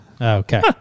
Okay